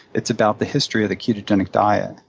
it's about the history of the ketogenic diet,